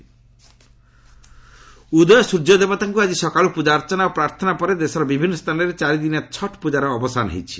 ଛଟ୍ ପୂଜା ଉଦୟ ସ୍ୱର୍ଯ୍ୟଦେବତାଙ୍କୁ ଆଜି ସକାଳୁ ପୂଜାର୍ଚ୍ଚନା ଓ ପ୍ରାର୍ଥନା ପରେ ଦେଶର ବିଭିନ୍ନ ସ୍ଥାନରେ ଚାରିଦିନିଆ ଛଟ୍ ପୂଜାର ଅବସାନ ହୋଇଛି